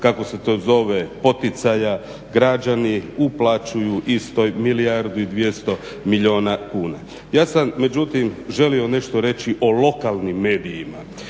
kako se to zove "poticaja", građani uplaćuju isto milijardu i 200 milijuna kuna. Ja sam želio nešto reći o lokalnim medijima